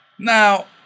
Now